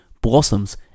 blossoms